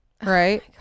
right